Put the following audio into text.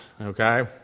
Okay